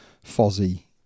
Fozzy